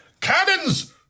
Cannons